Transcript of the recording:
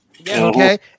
okay